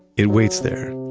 it waits there,